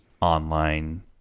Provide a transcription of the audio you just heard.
online